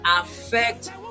affect